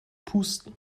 pusten